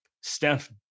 Steph